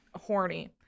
horny